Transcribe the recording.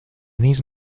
these